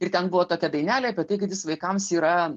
ir ten buvo tokia dainelė apie tai kad jis vaikams yra